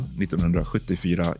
1974